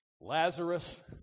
Lazarus